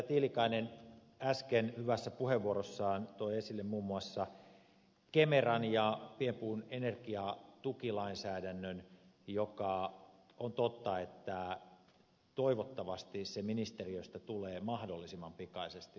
tiilikainen äsken hyvässä puheenvuorossaan toi esille muun muassa kemeran ja pienpuun energiatukilainsäädännön joka toivottavasti ministeriöstä tulee mahdollisimman pikaisesti meidän käsittelyymme